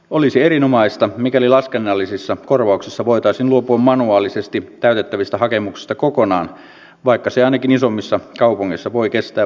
olisi erinomaista mikäli laskennallisissa korvauksissa voitaisiin luopua manuaalisesti täytettävistä hakemuksista kokonaan vaikka se ainakin isommissa kaupungeissa voi kestää vuosia